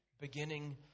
beginning